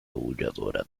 aulladora